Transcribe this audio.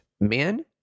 men